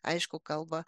aišku kalba